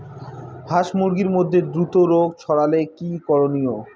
হাস মুরগির মধ্যে দ্রুত রোগ ছড়ালে কি করণীয়?